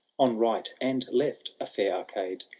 on right and left, a fair arcade.